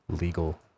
Legal